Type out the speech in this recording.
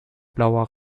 blauer